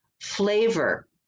flavor